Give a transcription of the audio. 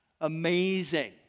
amazing